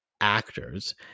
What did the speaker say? actors